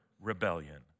rebellion